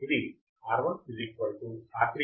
ఇది R1 R3 10 kilo ఓంలు అని ఇవ్వబడింది